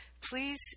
Please